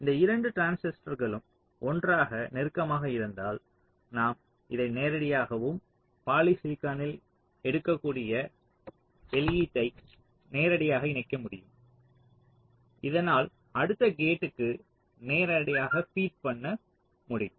இந்த 2 டிரான்சிஸ்டர்களும் ஒன்றாக நெருக்கமாக இருந்தால் நாம் இதை நேரடியாகவும் பாலிசிலிகானில் எடுக்கக்கூடிய வெளியீட்டையும் நேரடியாக இணைக்க முடியும் இதனால் அடுத்த கேட்க்கு நேரடியாக பீட் பன்ன முடியும்